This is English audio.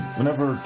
whenever